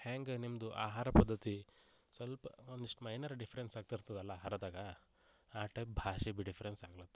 ಹೆಂಗೆ ನಿಮ್ದು ಆಹಾರ ಪದ್ಧತಿ ಸ್ವಲ್ಪ ಒಂದಿಷ್ಟು ಮೈನರ್ ಡಿಫ್ರೆನ್ಸ್ ಆಗ್ತಿರ್ತದಲ್ಲ ಆಹಾರದಾಗ ಆ ಟೈಪ್ ಭಾಷೆ ಬಿ ಡಿಫ್ರೆನ್ಸ್ ಆಗ್ಲತ್ತದೆ